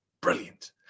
brilliant